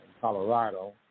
Colorado